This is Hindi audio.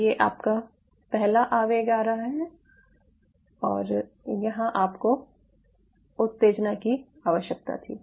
तो ये आपका पहला आवेग आ रहा है और यहाँ आपको उत्तेजना की आवश्यकता थी